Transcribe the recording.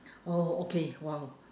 oh okay !wow!